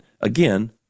again